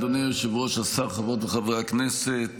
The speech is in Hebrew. אדוני היושב-ראש, השר, חברות וחברי הכנסת.